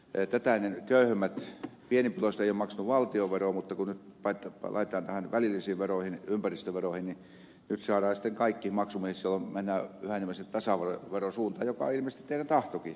tätä ennen pienituloiset eivät ole maksaneet valtionveroa mutta nyt kun tämä laitetaan välillisiin veroihin ympäristöveroihin saadaan sitten kaikki maksumiehiksi jolloin mennään yhä enemmän tasaveron suuntaan mikä on ilmeisesti teidän tahtonnekin